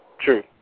True